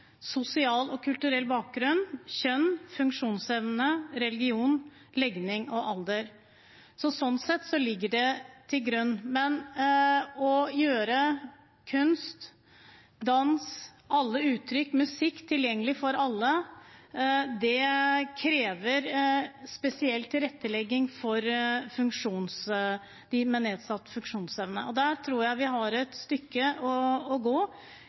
sosial og kulturell bakgrunn, kjønn, funksjonsevne, religion, legning og alder.» Sånn sett ligger det til grunn. Men å gjøre kunst, dans, musikk og alle uttrykk tilgjengelig for alle krever spesiell tilrettelegging for dem med nedsatt funksjonsevne. Der tror jeg vi har et stykke å gå